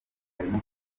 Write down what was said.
arimo